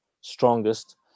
strongest